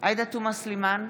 עאידה תומא סלימאן,